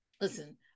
listen